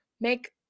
make